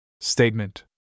statement